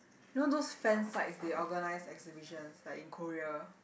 you know those fan sites they organize exhibitions like in Korea